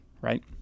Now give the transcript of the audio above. right